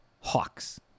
Hawks